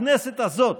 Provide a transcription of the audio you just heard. בכנסת הזאת,